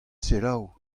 selaou